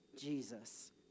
Jesus